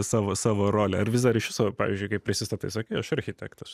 savo savo rolę ar vis dar iš viso pavyzdžiui kai prisistatai sakai aš architektas